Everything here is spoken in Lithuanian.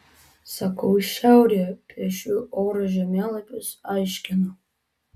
sakau šiaurėje piešiu oro žemėlapius aiškinu